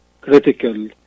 critical